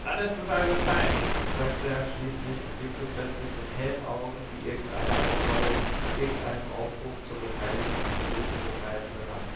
dann ist es also zeit sagte er schließlich und blickte plötzlich mit hellen augen die irgendeine aufforderung irgendeinen aufruf zur beteiligung enthielten den reisenden an